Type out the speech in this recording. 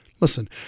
Listen